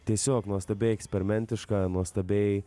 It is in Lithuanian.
tiesiog nuostabiai eksperimentiška nuostabiai